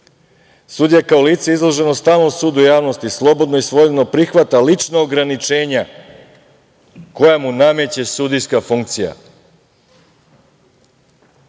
Sudija je kao lice izloženo stalnom sudu javnosti, slobodno i svojevoljno prihvata lična ograničenja koja mu nameće sudijska funkcija. Pa,